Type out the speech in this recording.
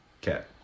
cat